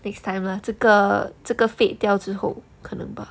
next time lah 这个这个 fade 掉之后可能吧